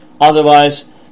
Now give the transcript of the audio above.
Otherwise